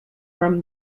from